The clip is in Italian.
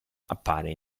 appare